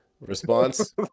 Response